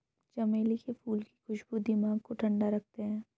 चमेली के फूल की खुशबू दिमाग को ठंडा रखते हैं